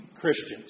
Christians